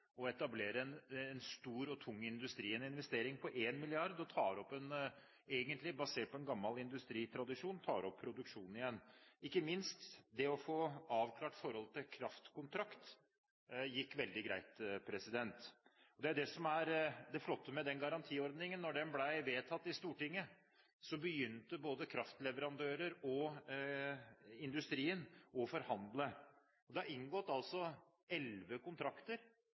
etablere en stor og tung industri. Det var en investering på 1 mrd. kr – egentlig basert på en gammel industritradisjon, som tar opp produksjonen igjen. Ikke minst det å få avklart forholdet til kraftkontrakt gikk veldig greit. Det er det som er det flotte med garantiordningen. Da den ble vedtatt i Stortinget, begynte både kraftleverandører og industrien å forhandle. Det er altså inngått elleve kontrakter